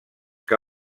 que